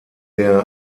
der